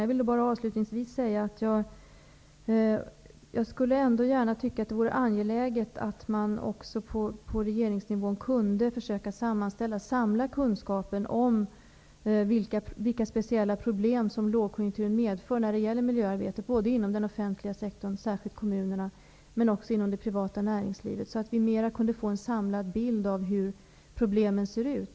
Jag vill då bara avslutningsvis säga att jag tycker att det vore angeläget att man på regeringsnivå ändå försökte att sammanställa kunskapen om vilka speciella problem som lågkonjunkturen medför när det gäller miljöarbetet både inom den offentliga sektorn -- särskilt kommunerna -- och inom det privata näringslivet, så att vi kunde få en mer samlad bild av hur problemen ser ut.